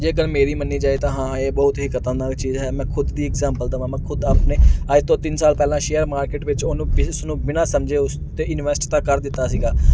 ਜੇ ਗੱਲ ਮੇਰੀ ਮੰਨੀ ਜਾਏ ਤਾਂ ਹਾਂ ਇਹ ਬਹੁਤ ਹੀ ਖਤਰਨਾਕ ਚੀਜ਼ ਹੈ ਮੈਂ ਖੁਦ ਦੀ ਇਗਜਾਮਪਲ ਦੇਵਾਂ ਮੈਂ ਖੁਦ ਆਪਣੇ ਅੱਜ ਤੋਂ ਤਿੰਨ ਸਾਲ ਪਹਿਲਾਂ ਸ਼ੇਅਰ ਮਾਰਕੀਟ ਵਿੱਚ ਉਹਨੂੰ ਬੇਸਿਸ ਨੂੰ ਬਿਨਾਂ ਸਮਝੇ ਉਸ 'ਤੇ ਇਨਵੈਸਟ ਤਾਂ ਕਰ ਦਿੱਤਾ ਸੀਗਾ